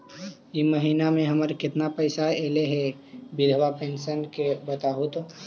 इ महिना मे हमर केतना पैसा ऐले हे बिधबा पेंसन के बताहु तो?